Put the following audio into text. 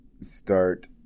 start